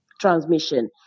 transmission